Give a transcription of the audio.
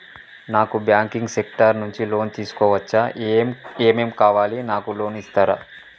నాకు banking sector నుంచి loan తీసుకోవచ్చా? ఏమేం కావాలి? నాకు లోన్ ఇస్తారా?